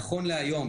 נכון להיום,